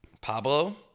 Pablo